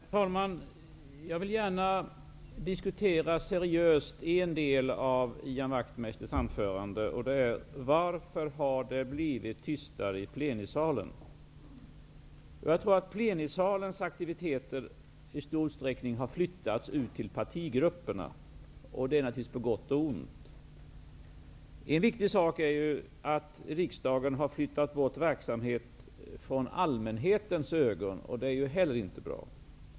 Herr talman! Jag vill gärna seriöst diskutera en del i Ian Wachtmeisters anförande, nämligen frågan: Varför har det blivit tystare i plenisalen? Jag tror att plenisalens aktiviteter i stort sett har flyttats ut till pratigrupperna; det är naturligtvis på gott och ont. En viktig sak är att riksdagen har flyttat bort verksamhet från allmänhetens ögon, och det är inte bra.